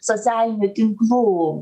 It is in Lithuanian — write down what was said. socialinių tinklų